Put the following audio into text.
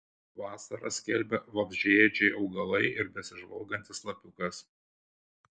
vasarą skelbia vabzdžiaėdžiai augalai ir besižvalgantis lapiukas